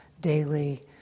daily